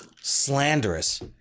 slanderous